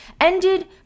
ended